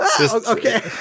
okay